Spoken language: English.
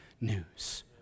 news